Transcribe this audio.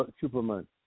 Superman